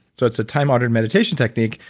so it's a time honored meditation technique,